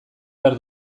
behar